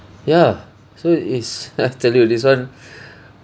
ya so is I tell you this one